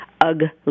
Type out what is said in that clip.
Ugly